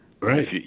Right